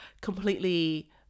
completely